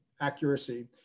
accuracy